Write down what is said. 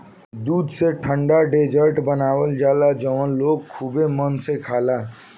दूध से ठंडा डेजर्ट बनावल जाला जवन लोग खुबे मन से खाला